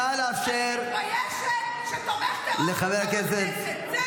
נא לאפשר -- אני מתביישת שתומך טרור נמצא בכנסת.